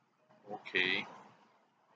okay